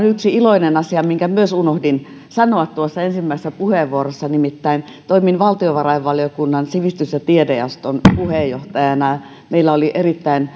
yksi iloinen asia minkä unohdin sanoa tuossa ensimmäisessä puheenvuorossani nimittäin toimin valtiovarainvaliokunnan sivistys ja tiedejaoston puheenjohtajana ja meillä oli erittäin